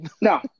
No